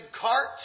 cart